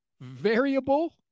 variable